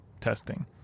testing